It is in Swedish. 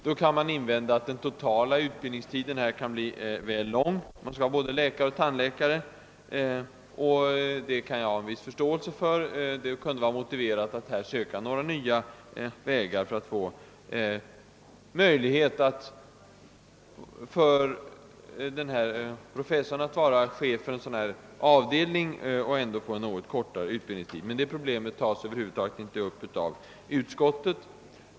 Då kan man invända att den totala utbildningstiden blir väl lång. Jag kan ha en viss förståelse för denna synpunkt. Det kunde vara motiverat att söka nya vägar för att skapa möjligheter för professorn att vara chef för en av delning av detta slag med något kortare utbildningstid. Men det problemet tas över huvud taget inte upp av utskottet.